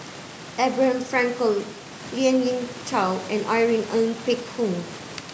Abraham Frankel Lien Ying Chow and Irene Ng Phek Hoong